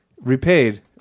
repaid